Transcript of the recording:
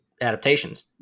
adaptations